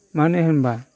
मानो होनबा